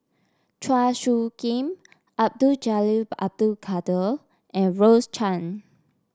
Chua Soo Khim Abdul Jalil Abdul Kadir and Rose Chan